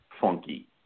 funky